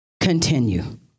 continue